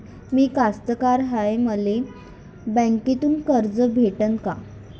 मी कास्तकार हाय, मले बँकेतून कर्ज भेटन का?